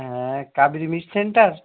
হ্যাঁ Kaveri meet centre